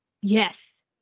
Yes